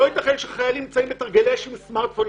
לא ייתכן שחיילים נמצאים בתרגילי אש עם סמרטפונים.